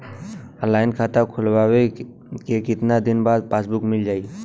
Online खाता खोलवईले के कितना दिन बाद पासबुक मील जाई?